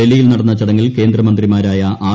ഡൽഹിയിൽ നടന്ന ചടങ്ങിൽ കേന്ദ്രമന്ത്രിമാരായ ആർ